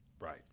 Right